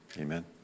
amen